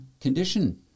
condition